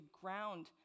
ground